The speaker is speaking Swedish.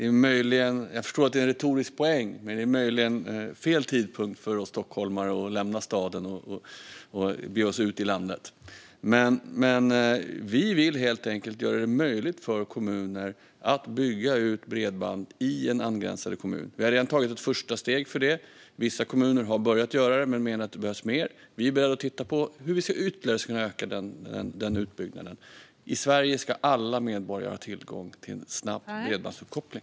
Fru talman! Jag förstår att det är en retorisk poäng, men möjligen är det fel tidpunkt för stockholmare att lämna staden och bege sig ut i landet. Vi vill helt enkelt göra det möjligt för kommuner att bygga ut bredband i angränsande kommuner. Vi har redan tagit ett första steg för detta. Vissa kommuner har börjat, men vi menar att mer behövs. Vi behöver titta på hur vi ska kunna öka utbyggnaden ytterligare. I Sverige ska alla medborgare ha tillgång till en snabb bredbandsuppkoppling.